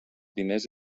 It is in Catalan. diners